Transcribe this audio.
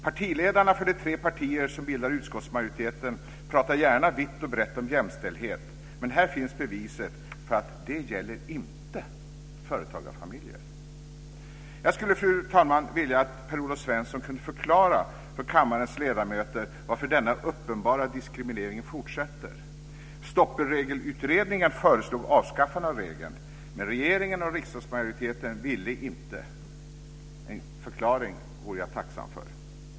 Partiledarna för de tre partier som bildar utskottsmajoriteten pratar gärna vitt och brett om jämställdhet, men här finns beviset för att det inte gäller företagarfamiljer. Jag skulle, fru talman, vilja att Per-Olof Svensson förklarade för kammarens ledamöter varför denna uppenbara diskriminering fortsätter. Stoppregelutredningen föreslog avskaffande av regeln, men regeringen och riksdagsmajoriteten ville inte. En förklaring vore jag tacksam för.